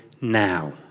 now